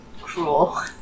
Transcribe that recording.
cruel